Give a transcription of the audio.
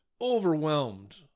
overwhelmed